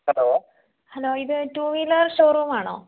hello hello ഇത് two wheeler showroom ആണോ